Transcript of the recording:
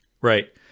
Right